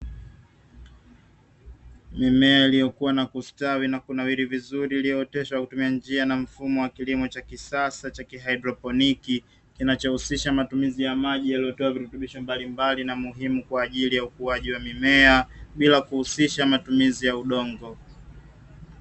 Mimea ilikuwa na kustawi na kunawiri vizuri iliyooteshwa kwa kutumia njia na mfumo cha kilimo cha kisasa cha haidroponiki kinacho husisha matumizi ya maji iliyowekewa virutubisho mbalimbali na muhimu kwa ajili ya ukuaji wa mimea bila kuhusisha matumizi ya udongo.